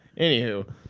anywho